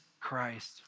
Christ